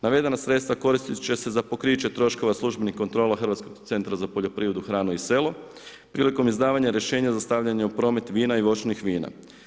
Navedena sredstva koristit će se za pokriće troškova službenih kontrola Hrvatskog centra za poljoprivredu, hrane i selo prilikom izdavanja rješenja za stavljanja u promet vina i voćnih vina.